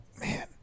man